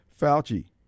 Fauci